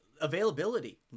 availability